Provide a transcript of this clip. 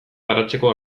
garatzeko